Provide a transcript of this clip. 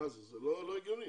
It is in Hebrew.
זה לא הגיוני,